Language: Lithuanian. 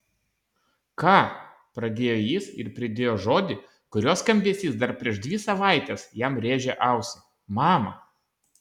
ką pradėjo jis ir pridėjo žodį kurio skambesys dar prieš dvi savaites jam rėžė ausį mama